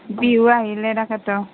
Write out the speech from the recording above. বিহু আহিলে তাকেটো